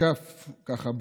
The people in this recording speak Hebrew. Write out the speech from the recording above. תקף ככה.